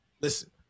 Listen